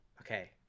Okay